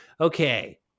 Okay